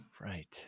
Right